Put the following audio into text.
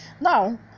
Now